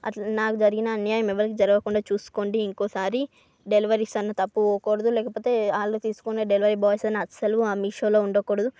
అట్లా నాకు జరిగిన అన్యాయం ఎవరికి జరగకుండా చూసుకోండి ఇంకోసారి డెలివరీస్ అన్ని తప్పు పోకూడదు లేకపోతే వాళ్లు తీసుకునే డెలివరీ బాయ్స్ అస్సలు ఆ మీషోలో ఉండకూడదు